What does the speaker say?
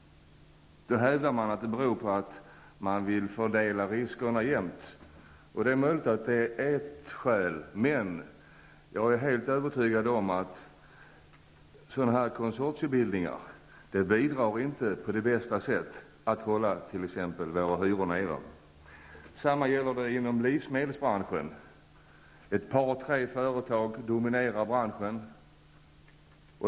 Det hävdas att det beror på att man vill fördela riskerna jämnt. Det är möjligt att det är ett skäl. Men jag är helt övertygad om att sådana konsortiebildningar inte bidrar på det bästa sätt till att t.ex. hålla hyrorna nere. På samma sätt förhåller det sig inom livsmedelsbranschen. Ett par tre företag dominerar branschen.